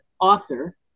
author